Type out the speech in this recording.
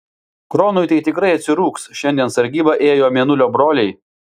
kronui tai tikrai atsirūgs šiandien sargybą ėjo mėnulio broliai